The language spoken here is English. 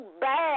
bad